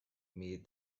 meet